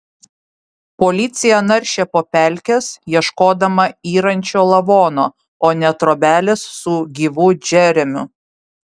policija naršė po pelkes ieškodama yrančio lavono o ne trobelės su gyvu džeremiu